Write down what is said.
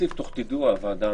בוועדת